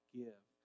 give